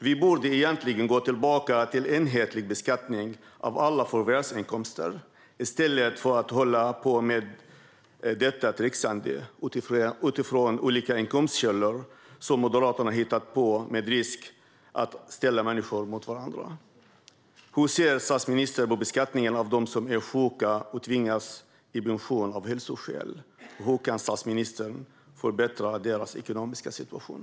Vi borde egentligen gå tillbaka till enhetlig beskattning av alla förvärvsinkomster i stället för att hålla på med det trixande utifrån olika inkomstkällor som Moderaterna hittat på, med risk att ställa människor mot varandra. Hur ser statsministern på beskattningen av dem som är sjuka och tvingas i pension av hälsoskäl? Hur kan statsministern förbättra deras ekonomiska situation?